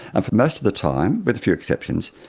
and for most of the time, with a few exceptions,